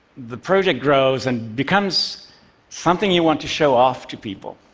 the project grows and becomes something you want to show off to people.